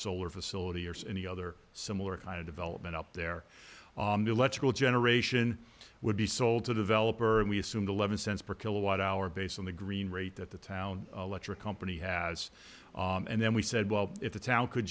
solar facility or any other similar kind of development up there on the electrical generation would be sold to a developer and we assumed zero dollars eleven cents per kilowatt hour based on the green rate that the town electric company has and then we said well if the town could